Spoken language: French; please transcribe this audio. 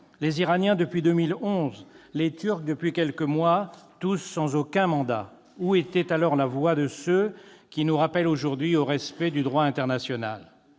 les Iraniens depuis 2011, les Turcs depuis quelques mois, tous sans aucun mandat. Où était alors la voix de ceux qui nous rappellent aujourd'hui au respect du droit international ?